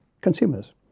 consumers